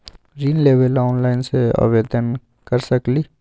ऋण लेवे ला ऑनलाइन से आवेदन कर सकली?